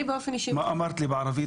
אני מצטערת שלא למדתי בבית הספר ערבית,